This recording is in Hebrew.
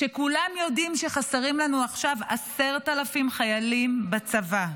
כשכולם יודעים שחסרים לנו עכשיו 10,000 חיילים בצבא,